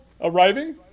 arriving